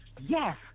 Yes